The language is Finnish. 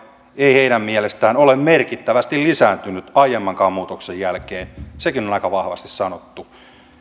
ei heidän mielestään ole merkittävästi lisääntynyt aiemmankaan muutoksen jälkeen sekin on aika vahvasti sanottu